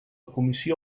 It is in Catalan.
comissió